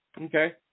Okay